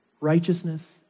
Righteousness